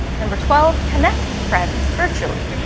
number twelve connect with friends virtually.